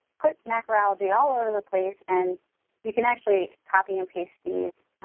put macroalgae all over the place and you can actually copy and paste these